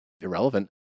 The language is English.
irrelevant